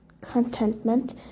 contentment